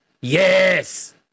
Yes